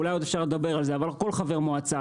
אולי אפשר עוד לדבר על זה אבל כל חבר מועצה.